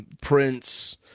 Prince